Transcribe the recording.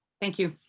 thank you.